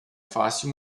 fácil